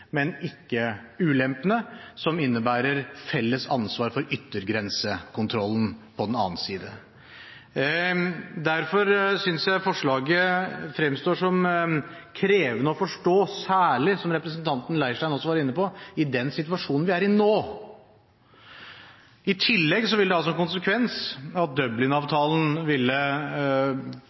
men ikke ulempene, som innebærer felles ansvar for yttergrensekontrollen, på den andre siden. Derfor synes jeg forslaget fremstår som krevende å forstå, særlig i den situasjonen vi er i nå, som representanten Leirstein også var inne på. I tillegg vil det ha som konsekvens at Dublin-avtalen ville